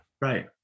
Right